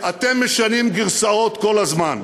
אתם משנים גרסאות כל הזמן.